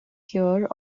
here